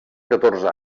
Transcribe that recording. catorze